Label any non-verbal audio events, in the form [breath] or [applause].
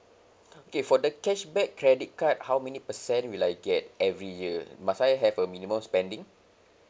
[breath] okay for the cashback credit card how many percent will I get every year must I have a minimum spending